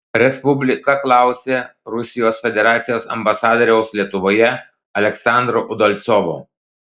respublika klausė rusijos federacijos ambasadoriaus lietuvoje aleksandro udalcovo